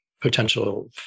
potential